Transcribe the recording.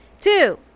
Two